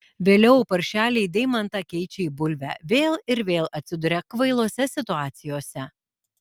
vėliau paršeliai deimantą keičia į bulvę vėl ir vėl atsiduria kvailose situacijose